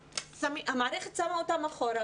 המערכת שמה אותן מאחור.